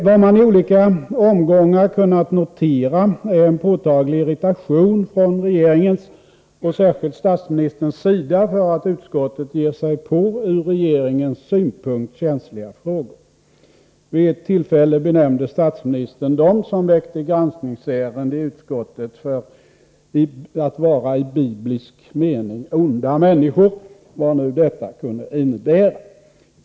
Vad man i olika omgångar kunnat notera är en påtaglig irritation från regeringens och särskilt statsministerns sida för att utskottet ger sig på ur regeringens synpunkt känsliga frågor. Vid ett tillfälle benämnde statsministern dem som väckte granskningsärenden i utskottet ”i biblisk mening onda människor”, vad nu detta kunde innebära.